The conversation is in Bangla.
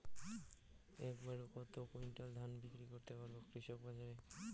এক বাড়ে কত কুইন্টাল ধান বিক্রি করতে পারবো কৃষক বাজারে?